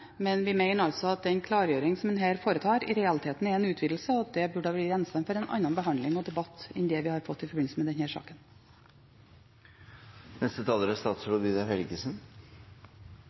men vi mener altså at den klargjøring som en her foretar, i realiteten er en utvidelse, og at det burde ha vært gjenstand for en annen behandling og debatt enn det vi har fått i forbindelse med denne saken. La meg takke saksordføreren og komiteen for godt arbeid. Jeg er